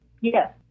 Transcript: Yes